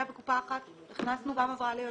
בקופה אחת הכנסנו גם הבראה ליולדת.